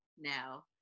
now